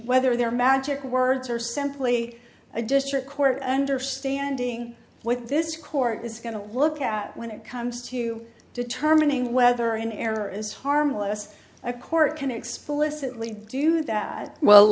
whether there magic words or simply a district court and are standing with this court is going to look at when it comes to determining whether an error is harmless a court can explicitly do that well